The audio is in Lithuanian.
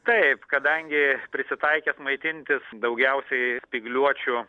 taip kadangi prisitaikęs maitintis daugiausiai spygliuočių